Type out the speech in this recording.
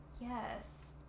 Yes